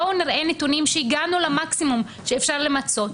בואו נראה נתונים שהגענו למקסימום שאפשר למצות,